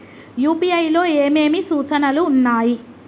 UPI లో ఏమేమి సూచనలు ఉన్నాయి?